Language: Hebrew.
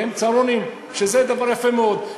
שזה דבר יפה מאוד.